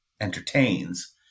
entertains